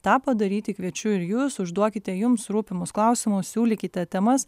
tą padaryti kviečiu ir jus užduokite jums rūpimus klausimus siūlykite temas